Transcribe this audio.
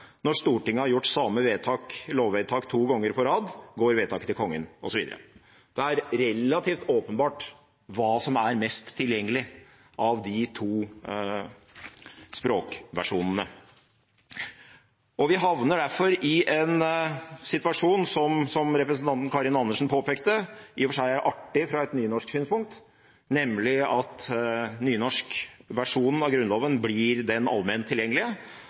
Stortinget har gjort same lovvedtaket to gonger på rad, går vedtaket til kongen Det er relativt åpenbart hvilken som er mest tilgjengelig av de to språkversjonene. Vi havner derfor i en situasjon – som representanten Karin Andersen påpekte – som i og for seg er artig sett fra et nynorsk-synspunkt, nemlig at nynorskversjonen av Grunnloven blir den allment tilgjengelige,